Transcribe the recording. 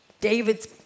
David's